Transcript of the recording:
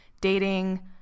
dating